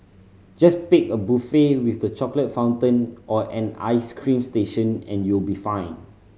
just pick a buffet with the chocolate fountain or an ice cream station and you'll be fine